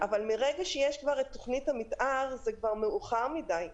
אבל מרגע שיש תוכנית מתאר זה כבר מאוחר מדי.